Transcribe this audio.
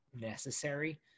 necessary